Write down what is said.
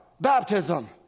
baptism